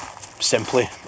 simply